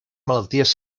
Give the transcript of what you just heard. malalties